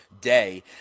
day